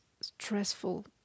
stressful